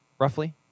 roughly